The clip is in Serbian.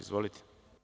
Izvolite.